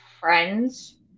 friends